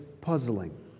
puzzling